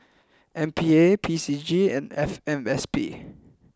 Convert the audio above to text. M P A P C G and F M S P